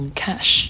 cash